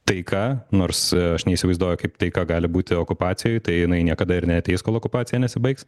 taika nors aš neįsivaizduoju kaip taika gali būti okupacijoj tai jinai niekada ir neateis kol okupacija nesibaigs